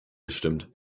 gestimmt